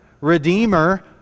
Redeemer